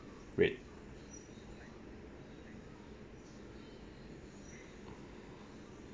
rate